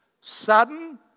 Sudden